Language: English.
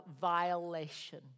violation